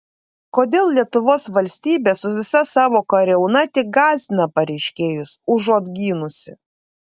kodėl lietuvos valstybė su visa savo kariauna tik gąsdina pareiškėjus užuot gynusi